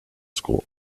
school